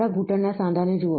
તમારા ઘૂંટણના સાંધાને જુઓ